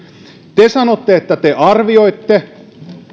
te sanotte että te arvioitte